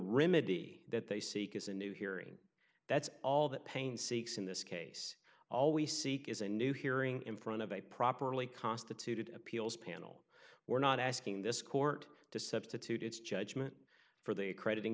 be that they seek is a new hearing that's all that pain seeks in this case all we seek is a new hearing in front of a properly constituted appeals panel we're not asking this court to substitute its judgment for the accreditin